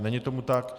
Není tomu tak.